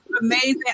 amazing